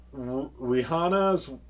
Rihanna's